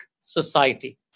society